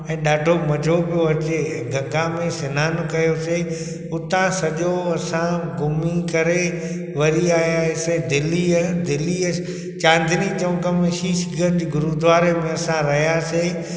ऐं ॾाढो मज़ो पियो अचे गंगा में सनानु कयोसीं हुतां सॼो असां घुमीं करे वरी आयासीं दिल्लीअ दिल्लीअ चांदनी चौंक में शीशगंज गुरूद्वारे में असां रहियासीं